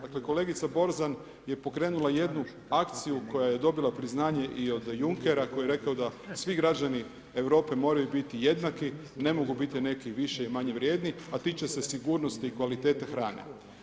Dakle, kolegica Borzan je pokrenula jednu akciju koja je dobila priznanje i od Junckera koji je rekao da svi građani Europe moraju biti jednaki, ne mogu biti neki više i manje vrijedni, a tiče se sigurnosti i kvalitete hrane.